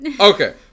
Okay